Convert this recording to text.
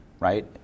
right